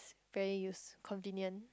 very use convenient